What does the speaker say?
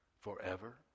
forever